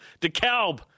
DeKalb